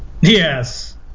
Yes